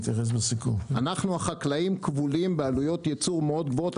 אנחנו החקלאים כבולים בעלויות ייצור מאוד גבוהות,